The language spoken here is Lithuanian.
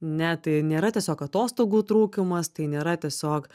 ne tai nėra tiesiog atostogų trūkumas tai nėra tiesiog